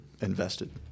invested